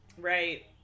Right